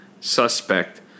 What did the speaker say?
suspect